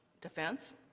defense